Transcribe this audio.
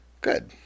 Good